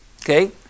Okay